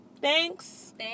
thanks